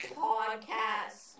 podcast